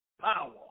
power